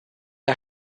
are